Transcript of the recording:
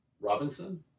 Robinson